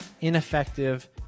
ineffective